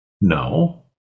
no